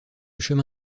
chemin